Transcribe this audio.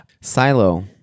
Silo